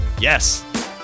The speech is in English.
Yes